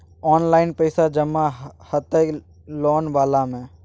Online पैसा जमा हते लोन वाला में?